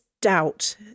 doubt